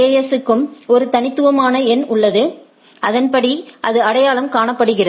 S க்கும் ஒரு தனித்துவமான எண் உள்ளது அதன்படி அது அடையாளம் காணப்படுகிறது